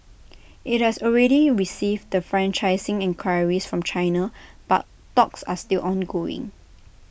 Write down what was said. IT has already received the franchising enquiries from China but talks are still ongoing